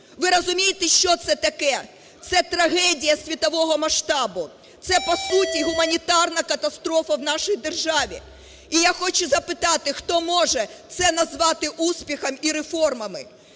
Ви розумієте, що це таке? Це трагедія світового масштабу. Це, по суті, гуманітарна катастрофа в нашій державі. І я хочу запитати, хто може це назвати успіхом і реформами?